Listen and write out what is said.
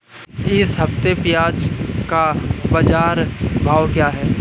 इस हफ्ते प्याज़ का बाज़ार भाव क्या है?